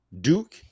Duke